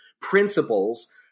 principles